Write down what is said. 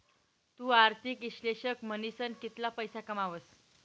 तु आर्थिक इश्लेषक म्हनीसन कितला पैसा कमावस